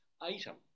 item